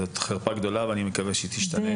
זאת חרפה גדולה ואני מקווה שהיא תשתנה.